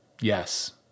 Yes